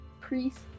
priest